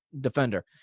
defender